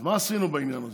אז מה עשינו בעניין הזה?